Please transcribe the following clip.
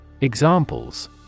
Examples